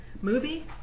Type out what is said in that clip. movie